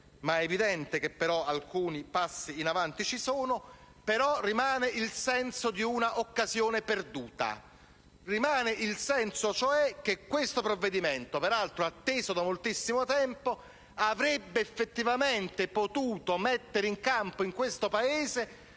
È evidente che alcuni passi in avanti ci sono, però rimane il senso di un'occasione perduta e, cioè, che questo provvedimento, peraltro atteso da moltissimo tempo, avrebbe effettivamente potuto mettere in campo in questo Paese